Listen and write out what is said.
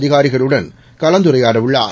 அதிகாரிகளுடன் கலந்துரையாட உள்ளார்